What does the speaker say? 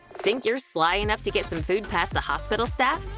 think you're sly enough to get some food past the hospital staff?